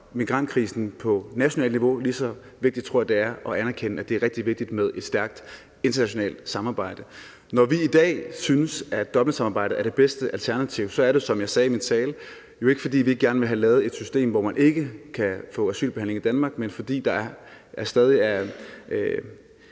migrantkrisen på nationalt niveau, lige så vigtigt tror jeg det er at anerkende, at det er rigtig vigtigt med et stærkt internationalt samarbejde. Når vi i dag synes, at Dublinsamarbejdet er det bedste alternativ, er det, som jeg sagde i min tale, jo ikke, fordi vi ikke gerne vil have lavet et system, hvor man ikke kan få asylbehandling i Danmark, men fordi der stadig er